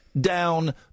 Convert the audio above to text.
down